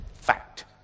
Fact